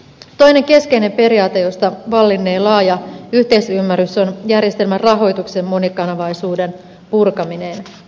toinen keskeinen periaate josta vallinnee laaja yhteisymmärrys on järjestelmän rahoituksen monikanavaisuuden purkaminen